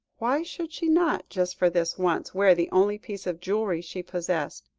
why should she not, just for this once, wear the only piece of jewellery she possessed?